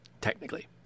Technically